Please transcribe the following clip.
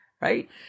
right